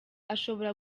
ashobora